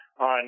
on